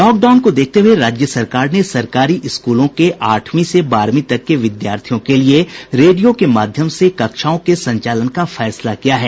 lockdown को देखते हुये राज्य सरकार ने सरकारी स्कूलों के आठवीं से बारहवीं तक के विद्यार्थियों के लिये रेडियो के माध्यम से कक्षाओं के संचालन का फैसला किया है